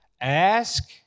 Ask